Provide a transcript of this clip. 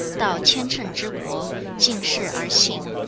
dao qian cheng zhi guo, jing shi er xin,